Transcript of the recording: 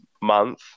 month